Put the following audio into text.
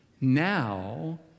Now